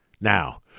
Now